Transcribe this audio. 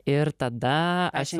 ir tada aš